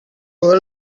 will